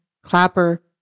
Clapper